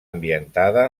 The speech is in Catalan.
ambientada